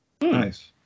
Nice